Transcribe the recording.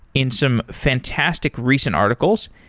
in some fantastic recent articles,